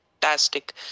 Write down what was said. Fantastic